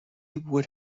would